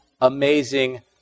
amazing